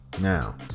Now